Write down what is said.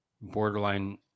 borderline